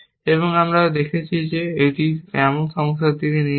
এবং আমরা দেখেছি যে এটি এমন সমস্যার দিকে নিয়ে যায়